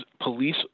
police